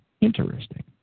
interesting